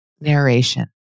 narration